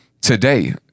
Today